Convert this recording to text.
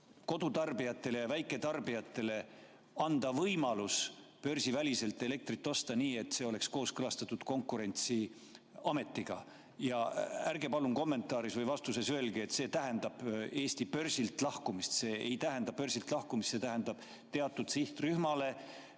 kodutarbijate ja väiketarbijate võimalust osta börsiväliselt elektrit nii, et see oleks kooskõlastatud Konkurentsiametiga. Ärge palun vastuses öelge, et see tähendab Eesti börsilt lahkumist. See ei tähenda börsilt lahkumist, see tähendab teatud sihtrühmale